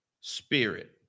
spirit